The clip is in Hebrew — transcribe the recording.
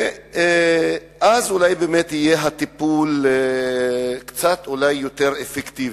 ואז אולי באמת יהיה הטיפול קצת יותר אפקטיבי.